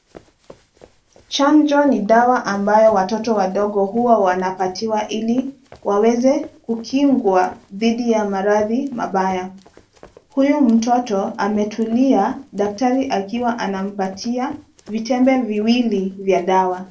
Chanjo ni dawa ambayo watoto wadogo huwa wanapatiwa ili waweze kukingwa dhidhi ya mardhi mabaya, huyu mtoto ametulia daktari akiwa anampatia vitembe viwili vya dawa.